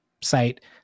site